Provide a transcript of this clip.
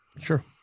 Sure